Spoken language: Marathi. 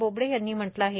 बोबडे यांनी म्हटलं आहे